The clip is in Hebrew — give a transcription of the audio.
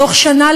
בתוך שנה,